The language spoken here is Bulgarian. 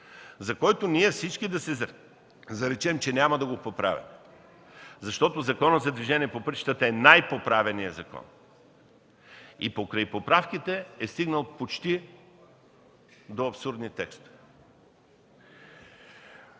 за който ние всички да се заречем, че няма да го поправяме, защото Законът за движение по пътищата е най-поправяният закон и покрай поправките е стигнал почти до абсурдни текстове.